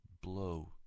blow